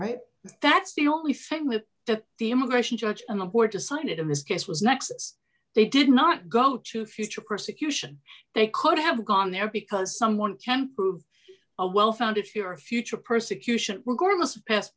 right that's the only thing with the immigration judge and the board decided in this case was next it's they did not go to future persecution they could have gone there because someone can prove a well founded fear of future persecution regardless of past